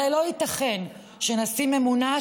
הרי לא ייתכן שנשים ממונה,